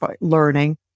learning